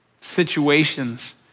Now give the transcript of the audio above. situations